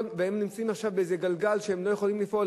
והם נמצאים עכשיו באיזה גלגל שהם לא יכולים לפעול,